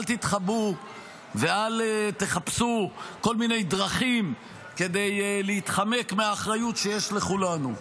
אל תתחבאו ואל תחפשו כל מיני דרכים כדי להתחמק מהאחריות שיש לכולנו.